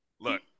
Look